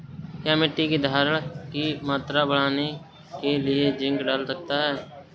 क्या मिट्टी की धरण की मात्रा बढ़ाने के लिए जिंक डाल सकता हूँ?